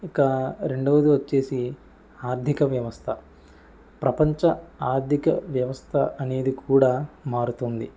ఇక రెండవది వచ్చేసి ఆర్థిక వ్యవస్థ ప్రపంచ ఆర్థిక వ్యవస్థ అనేది కూడా మారుతుంది